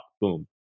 Boom